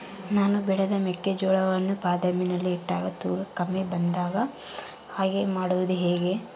ನಾನು ಬೆಳೆದ ಮೆಕ್ಕಿಜೋಳವನ್ನು ಗೋದಾಮಿನಲ್ಲಿ ಇಟ್ಟಾಗ ತೂಕ ಕಮ್ಮಿ ಆಗದ ಹಾಗೆ ಮಾಡೋದು ಹೇಗೆ?